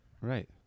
Right